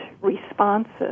responses